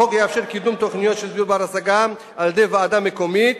החוק יאפשר קידום תוכניות של דיור בר-השגה על-ידי ועדה מקומית,